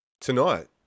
Tonight